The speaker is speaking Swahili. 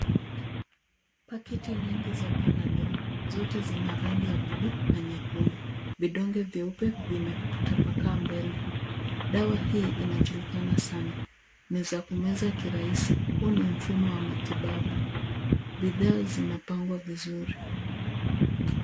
Pakiti nyingi za, panadol. Zote zina rangi ya bluu na nyekundu. Vidonge vyeupe vimetapakaa mbele. Dawa hii inajulikana sana. Unaweza kumeza kirahisi. Huu ni mfumo wa kimatibabu. Bidhaa zimepangwa vizuri.